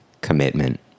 commitment